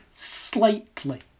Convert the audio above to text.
Slightly